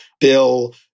bill